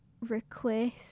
request